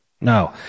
No